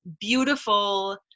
beautiful